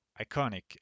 iconic